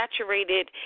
saturated